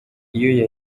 iyo